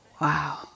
wow